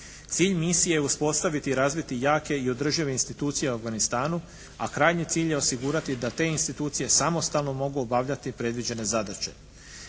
Cilj misije je uspostaviti i razviti jake i održive institucije u Afganistanu, a krajnji cilj je osigurati da te institucije samostalno mogu obavljati predviđene zadaće.